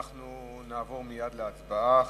נעבור מייד להצבעה.